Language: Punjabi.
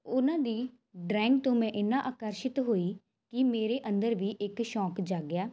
ਉਨ੍ਹਾਂ ਦੀ ਡਰਾਇੰਗ ਤੋਂ ਮੈਂ ਇੰਨਾ ਆਕਰਸ਼ਿਤ ਹੋਈ ਕਿ ਮੇਰੇ ਅੰਦਰ ਵੀ ਇੱਕ ਸ਼ੌਕ ਜਾਗਿਆ